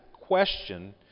question